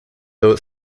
though